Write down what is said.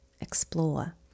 Explore